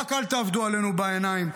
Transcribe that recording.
רק על תעבדו עלינו בעיניים.